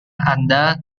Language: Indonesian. anda